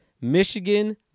Michigan